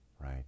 right